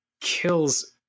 kills